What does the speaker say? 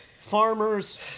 Farmers